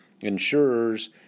insurers